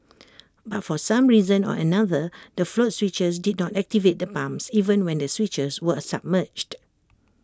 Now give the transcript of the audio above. but for some reason or another the float switches did not activate the pumps even when the switches were submerged